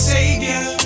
Savior